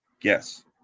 Yes